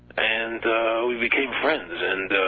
and we became friends and.